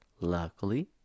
Luckily